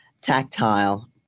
tactile